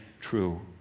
true